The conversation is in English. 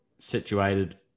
situated